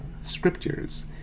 scriptures